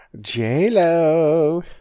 J-Lo